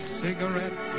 cigarette